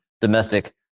domestic